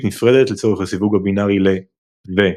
נפרדת לצורך הסיווג הבינארי ל - ו -.